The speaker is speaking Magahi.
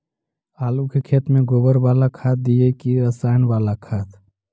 आलू के खेत में गोबर बाला खाद दियै की रसायन बाला खाद?